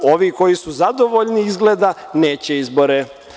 Ovi koji su zadovoljni izgleda neće izbore.